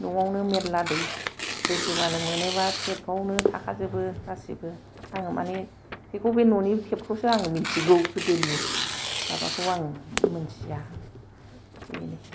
न'आवनो मेरला दै बोखोबानो मोनो बा टेपआवनो थाखा जोबो गासिबो आंङो माने बेखौ बे न'नि टेपखौसो आंङो मिनथिगौ गोदोनि माबाखौ आं मोनथिया बेनो